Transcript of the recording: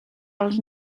als